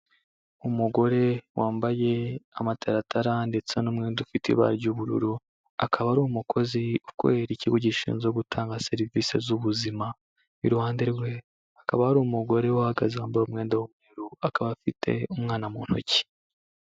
Umugore wambaye amataratara ndetse n'umwenda ufite ibara ry'ubururu, akaba ari umukozi ukorera ikigo gishinzwe gutanga serivisi z'ubuzima, iruhande rwe hakaba hari umugore uhagaze wambaye umwenda w'umweru akaba afite umwana mu ntoki.